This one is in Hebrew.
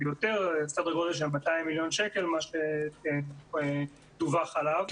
סדר גודל של 200 מיליון שקלים שדווח עליו,